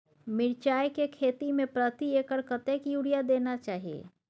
मिर्चाय के खेती में प्रति एकर कतेक यूरिया देना चाही?